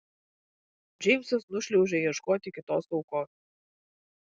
džeimsas nušliaužia ieškoti kitos aukos